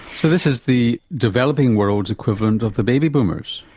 so this is the developing world's equivalent of the baby boomers?